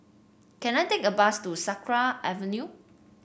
can I take a bus to Sakra Avenue